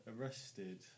Arrested